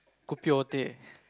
kopi or teh